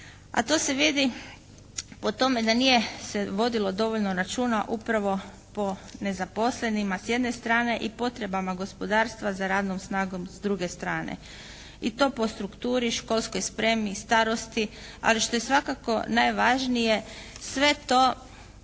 A to se vidi po tome da nije se vodilo dovoljno računa upravo po nezaposlenima s jedne strane i potrebama gospodarstva za radnom snagom s druge strane, i to po strukturi, školskoj spremi, starosti. Ali što je svakako najvažnije, sve to,